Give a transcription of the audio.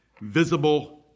visible